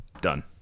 done